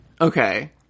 Okay